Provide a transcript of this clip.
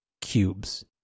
cubes